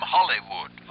Hollywood